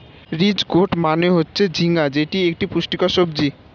ridge gourd মানে হচ্ছে ঝিঙ্গা যেটি এক পুষ্টিকর সবজি